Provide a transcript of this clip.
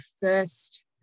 first